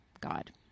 God